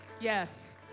Yes